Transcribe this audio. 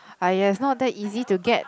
!aiya! it's not easy to get